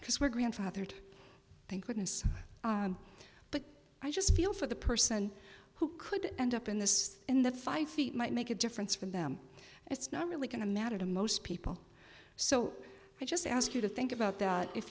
because we're grandfathered thank goodness but i just feel for the person who could end up in this in the five feet might make a difference for them it's not really going to matter to most people so i just ask you to think about that if